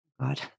god